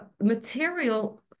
material